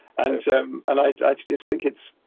and um and i just think it's,